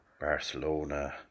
Barcelona